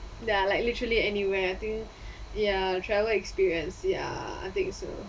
ya like literally anywhere I think ya travel experience ya I think so